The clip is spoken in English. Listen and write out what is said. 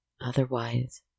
Otherwise